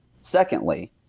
Secondly